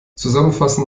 zusammenfassen